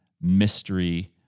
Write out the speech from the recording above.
mystery